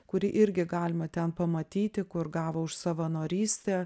kurį irgi galima ten pamatyti kur gavo už savanorystę